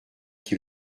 qui